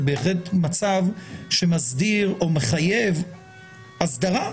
זה בהחלט מצב שמסדיר או מחייב הסדרה.